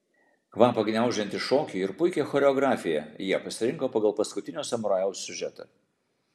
kvapą gniaužiantį šokį ir puikią choreografiją jie pasirinko pagal paskutinio samurajaus siužetą